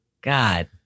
God